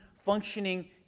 functioning